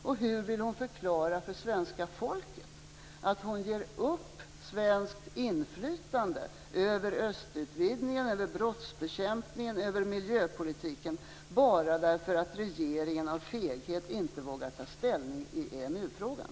Och hur vill hon förklara för svenska folket att hon ger upp svenskt inflytande över östutvidgningen, över brottsbekämpningen, över miljöpolitiken bara därför att regeringen av feghet inte vågar ta ställning i EMU-frågan?